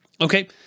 Okay